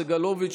יואב סגלוביץ',